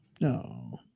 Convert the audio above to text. No